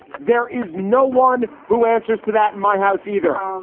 there is no one who answers to that. my house either.